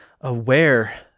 aware